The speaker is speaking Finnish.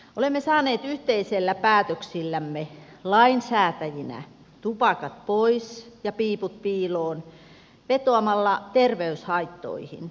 olemme lainsäätäjinä saaneet yhteisillä päätöksillämme tupakat pois ja piiput piiloon vetoamalla terveyshaittoihin